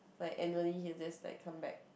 like annually he will just like come back